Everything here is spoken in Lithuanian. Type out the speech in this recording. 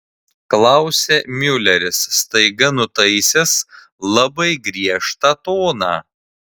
klausia miuleris staiga nutaisęs labai griežtą toną